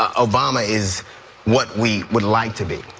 ah obama is what we would like to be.